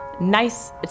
nice